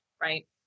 right